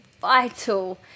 vital